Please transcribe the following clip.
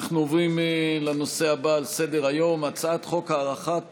אנחנו עוברים לנושא הבא על סדר-היום: הצעת חוק הארכת